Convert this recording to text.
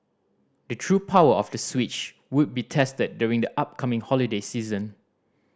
the true power of the Switch would be tested during the upcoming holiday season